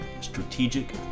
strategic